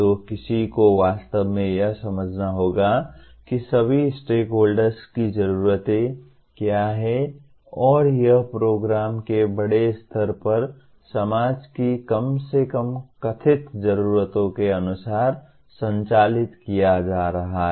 तो किसी को वास्तव में यह समझना होगा कि सभी स्टेकहोल्डर्स की जरूरतें क्या हैं और क्या यह प्रोग्राम बड़े स्तर पर समाज की कम से कम कथित जरूरतों के अनुसार संचालित किया जा रहा है